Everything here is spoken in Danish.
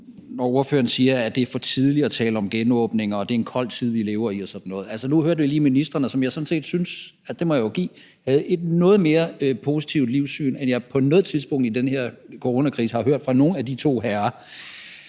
når ordføreren siger, at det er for tidligt at tale om genåbning, at det er en kold tid, vi lever i, og sådan noget. Nu hørte jeg lige ministrene, som jeg sådan set synes, og det må jeg jo give dem, havde et noget mere positivt livssyn, end jeg på noget tidspunkt under den her coronakrisen ellers har hørt fra de to herrer.